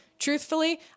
Truthfully